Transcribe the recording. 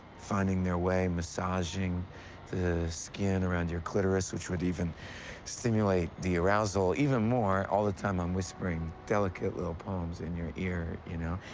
finding their way, massaging the skin around your clitoris, which would even stimulate the arousal even more. all the time, i'm whispering delicate little poems in your ear, you know?